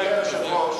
גברתי היושבת-ראש,